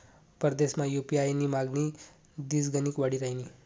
परदेसमा यु.पी.आय नी मागणी दिसगणिक वाडी रहायनी